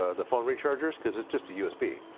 ah the phone recharges because it's just a usb.